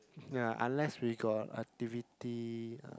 ya unless we got activity